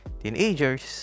teenagers